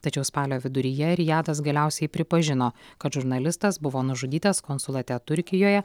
tačiau spalio viduryje rijadas galiausiai pripažino kad žurnalistas buvo nužudytas konsulate turkijoje